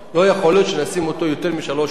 לא יכול להיות שנשים אותו יותר משלוש שנים.